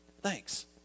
thanks